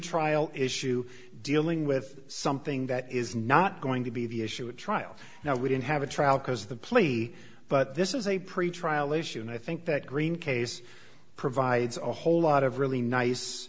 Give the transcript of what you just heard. pretrial issue dealing with something that is not going to be the issue at trial now we don't have a trial because the plea but this is a pretrial issue and i think that green case provides a whole lot of really nice